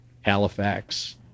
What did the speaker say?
Halifax